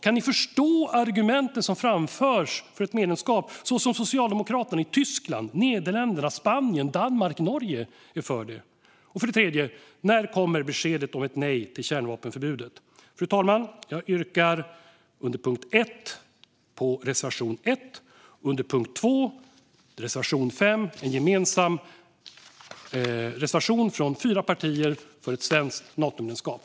Kan ni förstå argumenten som framförs för ett medlemskap i Nato? Socialdemokraterna i Tyskland, Nederländerna, Spanien, Danmark och Norge är för det. När kommer beskedet om ett nej till kärnvapenförbudet? Fru talman! Jag yrkar bifall till reservation 1 under punkt 1 och till reservation 5 under punkt 2. Den senare är en gemensam reservation från fyra partier för ett svenskt Natomedlemskap.